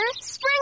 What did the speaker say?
Spring